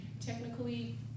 Technically